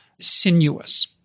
sinuous